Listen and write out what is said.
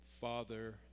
Father